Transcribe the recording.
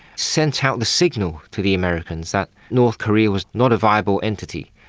sent out the signal to the americans that north korea was not a viable entity.